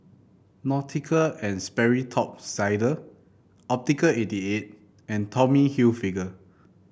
Nautica And Sperry Top Sider Optical eighty eight and Tommy Hilfiger